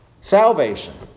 salvation